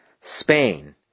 Spain